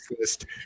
list